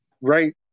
Right